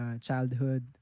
childhood